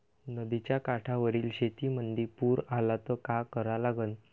नदीच्या काठावरील शेतीमंदी पूर आला त का करा लागन?